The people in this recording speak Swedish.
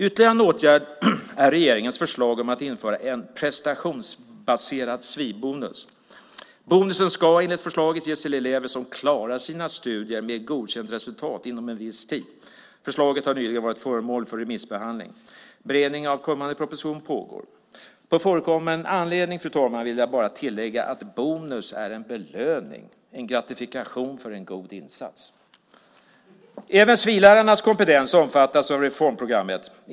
Ytterligare en åtgärd som regeringen föreslår är att en prestationsbaserad sfi-bonus införs och ges till elever som inom en viss tid klarar sina studier med godkänt resultat. Förslaget har nyligen varit föremål för remissbehandling, och beredning av en kommande proposition pågår. På förekommen anledning, fru talman, vill jag bara tillägga att bonus är en belöning, en gratifikation för en god insats. Även sfi-lärarnas kompetens omfattas av reformprogrammet.